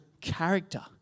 character